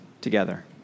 together